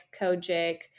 kojic